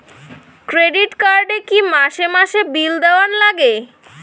Credit card এ কি মাসে মাসে বিল দেওয়ার লাগে?